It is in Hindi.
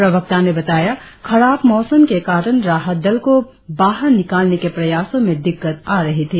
प्रवक्ता ने बताया खराब मौसम के कारण राहत दल को बाहर निकालने के प्रयासों में दिक्कत आ रही थी